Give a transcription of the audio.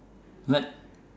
what